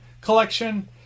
Collection